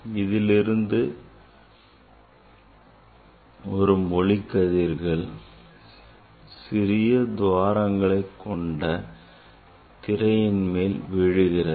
இதிலிருந்து வரும் ஒளிக்கதிர்கள் சிறிய துவாரங்கள் கொண்ட திரையின் மேல் விழுகிறது